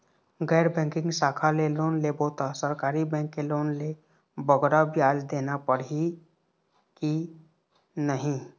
गैर बैंकिंग शाखा ले लोन लेबो ता सरकारी बैंक के लोन ले बगरा ब्याज देना पड़ही ही कि नहीं?